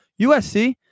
usc